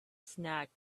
snack